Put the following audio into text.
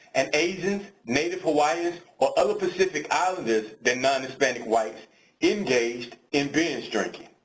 and asians, native hawaiians or other pacific islanders than non-hispanic whites engaged in binge drinking.